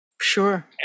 Sure